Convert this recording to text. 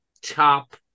top